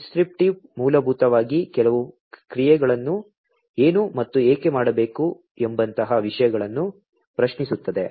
prescriptive ಮೂಲಭೂತವಾಗಿ ಕೆಲವು ಕ್ರಿಯೆಗಳನ್ನು ಏನು ಮತ್ತು ಏಕೆ ಮಾಡಬೇಕು ಎಂಬಂತಹ ವಿಷಯಗಳನ್ನು ಪ್ರಶ್ನಿಸುತ್ತದೆ